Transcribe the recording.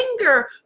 anger